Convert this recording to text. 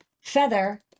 feather